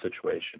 situation